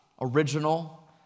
original